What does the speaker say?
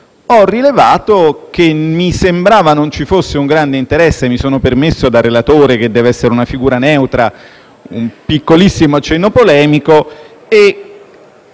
Ho rilevato che mi sembrava non ci fosse un grande interesse. Mi sono permesso, da relatore (che deve essere una figura neutra), un piccolissimo accenno polemico,